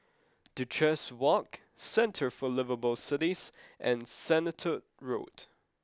Duchess Walk Centre for Liveable Cities and Sennett Road